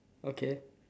okay